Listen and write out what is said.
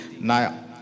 Now